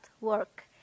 work